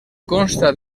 consta